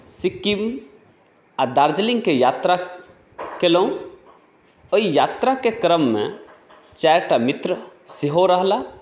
सिक्किम आ दार्जिलिंगके यात्रा केलहुँ ओहि यात्राके क्रममे चारिटा मित्र सेहो रहलाह